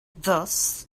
thus